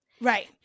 Right